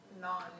non-